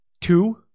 Two